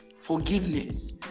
Forgiveness